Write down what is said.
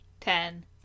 ten